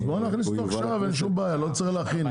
אז בוא נכניס אותו עכשיו, לא צריך להכין.